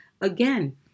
again